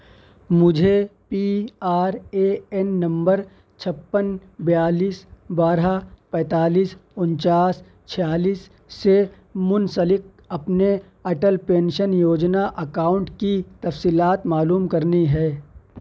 مجھے P R A N نمبر چھپن بیالیس بارہ پینتالیس ونچاس چھیالیس سے منسلک اپنے اٹل پینشن یوجنا اکاؤنٹ کی تفصیلات معلوم کرنی ہے